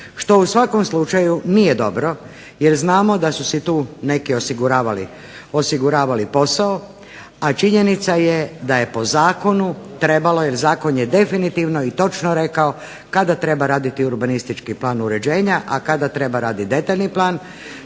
što u svakom slučaju nije dobro jer znamo da su si tu neki osiguravali posao, a činjenica je da je po zakonu trebalo jer zakon je definitivno i točno rekao kada treba raditi urbanistički plan uređenja, a kada treba raditi detaljni plan.